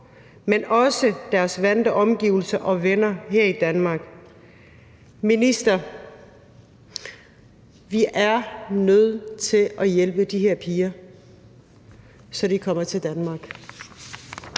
men også deres vante omgivelser og venner her i Danmark. Minister, vi er nødt til at hjælpe de her piger, så de kommer til Danmark.